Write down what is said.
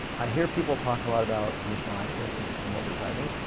i hear people talk a lot about conditional access in in what we're driving.